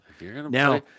now